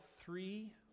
three